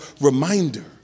reminder